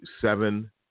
seven